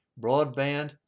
broadband